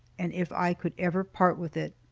and if i could ever part with it.